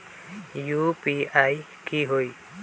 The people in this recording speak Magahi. यू.पी.आई की होई?